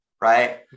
Right